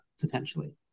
potentially